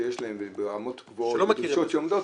שיש להם וברמות גבוהות ובדרישות --- שלא מכירים בזה.